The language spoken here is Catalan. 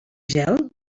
gel